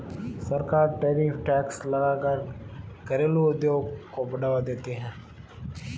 सरकार tariff tax लगा कर घरेलु उद्योग को बढ़ावा देती है